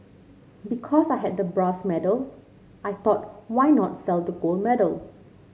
because I had the brass medal I thought why not sell the gold medal